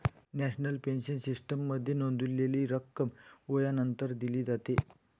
national pension सिस्टीममध्ये नोंदवलेली रक्कम वयानंतर दिली जाते